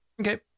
okay